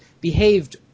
behaved